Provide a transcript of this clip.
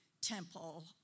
temple